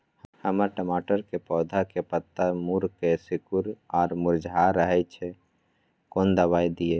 हमर टमाटर के पौधा के पत्ता मुड़के सिकुर आर मुरझाय रहै छै, कोन दबाय दिये?